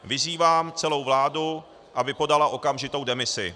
Vyzývám celou vládu, aby podala okamžitou demisi.